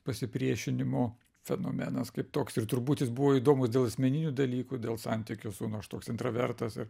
pasipriešinimo fenomenas kaip toks ir turbūt jis buvo įdomus dėl asmeninių dalykų dėl santykio su nu aš toks intravertas ir